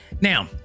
now